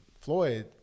Floyd